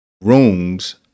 rooms